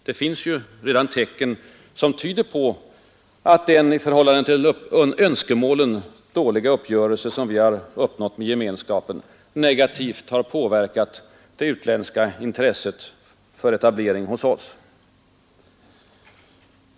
Det finns ju redan tecken som tyder på att den, i förhållande till önskemålen, dåliga uppgörelse som vi uppnått med gemenskapen negativt har påverkat det utländska intresset för etablering i vårt land.